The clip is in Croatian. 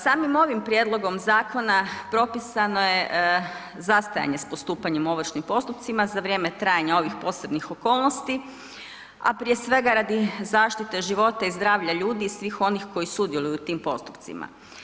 Samim ovim prijedlogom zakona propisano je zastajanje sa postupanjem ovršnih postupaka za vrijeme trajanja ovih posebnih okolnosti, a prije svega radi zaštite života i zdravlja ljudi i svih onih koji sudjeluju u tim postupcima.